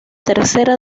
tercera